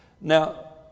Now